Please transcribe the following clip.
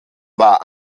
war